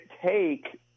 take